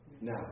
now